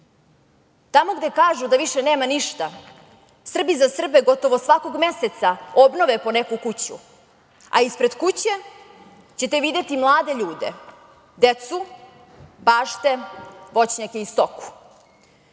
Tamo gde kažu da više nema ništa, Srbi za Srbe gotovo svakog meseca obnove po neku kuću, a ispred kuće ćete videti mlade ljude, decu, bašte, voćnjake i stoku.